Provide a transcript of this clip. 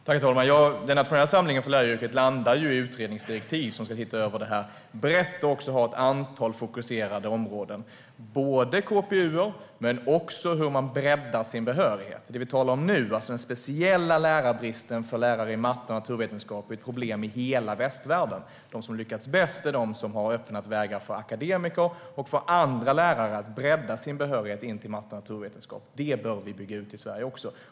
Herr talman! Den nationella samlingen för läraryrket landar i utredningsdirektiv som ska se över detta brett och ha ett antal fokusområden, både KPU och hur man breddar sin behörighet. Den specifika bristen på lärare i matte och naturvetenskap är ett problem i hela västvärlden. De som har lyckats bäst är de som har öppnat vägar för akademiker och för andra lärare att bredda sin behörighet med matte och naturvetenskap. Det bör vi bygga ut i Sverige också.